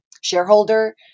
shareholder